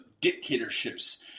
dictatorships